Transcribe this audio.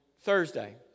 Thursday